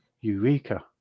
Eureka